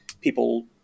people